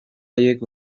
haiek